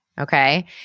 Okay